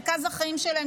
מרכז החיים שלהם,